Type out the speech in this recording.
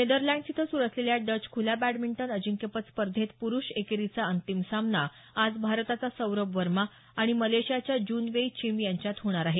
Netherlands इथं सुरु असलेल्या डच खुल्या बॅडमिंटन अजिंक्यपद स्पर्धेत पुरुष एकेरीचा अंतिम सामना आज भारताचा सौरभ वर्मा आणि मलेशियाच्या जून वेई चिम यांच्यात होणार आहे